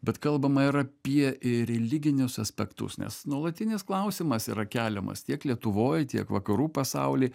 bet kalbama ir apie religinius aspektus nes nuolatinis klausimas yra keliamas tiek lietuvoj tiek vakarų pasauly